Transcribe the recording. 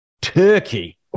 Turkey